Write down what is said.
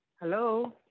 Hello